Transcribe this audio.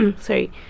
sorry